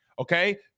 Okay